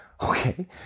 okay